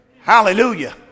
Hallelujah